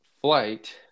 flight